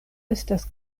estas